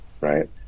Right